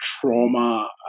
trauma